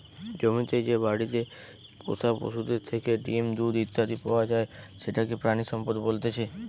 জমিতে যে বাড়িতে পোষা পশুদের থেকে ডিম, দুধ ইত্যাদি পাওয়া যায় সেটাকে প্রাণিসম্পদ বলতেছে